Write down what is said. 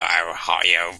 ohio